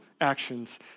actions